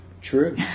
True